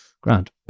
grand